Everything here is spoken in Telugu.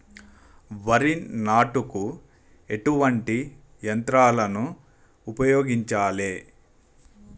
వరి నాటుకు ఎటువంటి యంత్రాలను ఉపయోగించాలే?